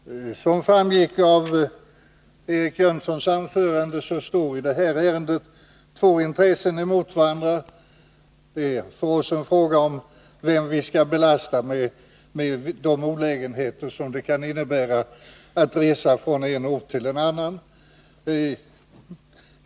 Herr talman! Som framgick av Eric Jönssons anförande står i det här ärendet två intressen mot varandra. Det är för oss en fråga om vilken vi skall belasta med de olägenheter som det kan innebära att man får resa från en ort till en annan.